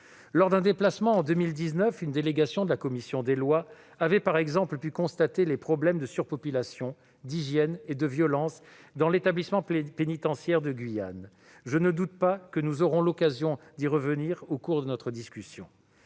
Lors d'un déplacement en 2019, une délégation de la commission des lois avait par exemple pu constater les problèmes de surpopulation, d'hygiène et de violence dans l'établissement pénitentiaire de Guyane. Je ne doute pas que nous aurons l'occasion d'y revenir au cours de la discussion.